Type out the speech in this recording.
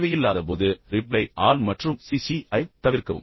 தேவையில்லாதபோது reply all மற்றும் CC ஐ தவிர்க்கவும்